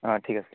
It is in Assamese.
অ' ঠিক আছে